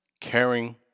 caring